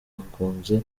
bakunze